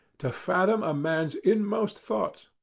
to fathom a man's inmost thoughts.